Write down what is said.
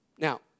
Now